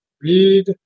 read